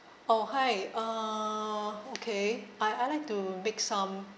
oh hi uh okay I I'd like to make some